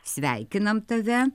sveikinam tave